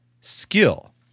skill